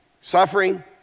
suffering